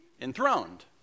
enthroned